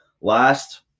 Last